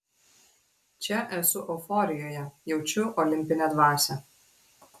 čia esu euforijoje jaučiu olimpinę dvasią